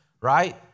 right